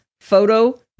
Photo